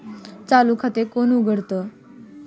चालू खाते कोण उघडतं?